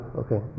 okay